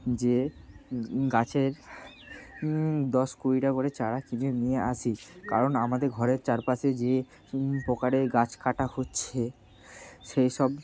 যেয়ে গাছের দশ কুড়িটা করে চারা কিনে নিয়ে আসি কারণ আমাদের ঘরের চারপাশে যে প্রকারে গাছ কাটা হচ্ছে সেই সব